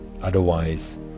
otherwise